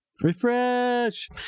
Refresh